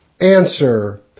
Answer